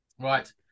Right